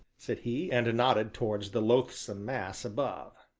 said he, and nodded towards the loathsome mass above.